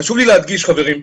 חשוב לי להדגיש, חברים,